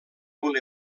una